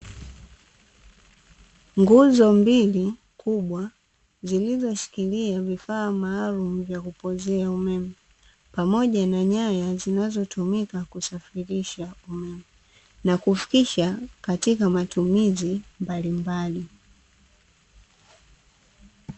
Nguzo mbili kubwa zilizoshikilia vifaa maalumu vya kupozea umeme pamoja na nyaya zinazotumika kusafirisha umeme na kufikisha katika matumizi mbalimbali.